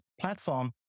platform